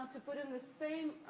to put in the same